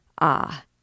Ah